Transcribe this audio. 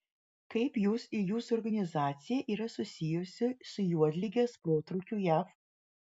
kaip jūs ir jūsų organizacija yra susijusi su juodligės protrūkiu jav